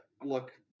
Look